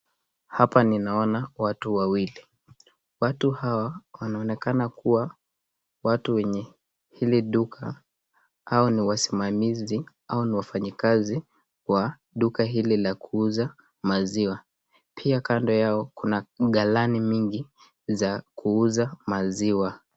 Hapa ninaona watu wawili , watu hawa wanaonekana kuwa watu wenye hili duka. Hawa ni wasimamizi, hao ni wafanyi kazi wa duka hili la kuuza maziwa. Pia kando yao kuna galani mingi za kuuza maziwa.